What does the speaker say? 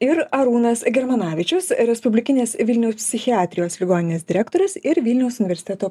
ir arūnas germanavičius respublikinės vilniaus psichiatrijos ligoninės direktorius ir vilniaus universiteto